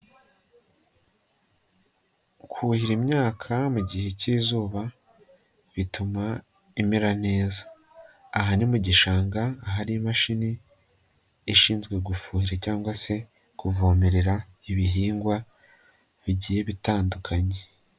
Kuhira imyaka mu gihe k'izuba bituma imera neza. Aha ni mu gishanga ahari imashini ishinzwe gufuhira cyangwa se kuvomerera ibihingwa bigiye bitandukanye.